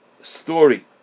story